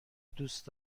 دوست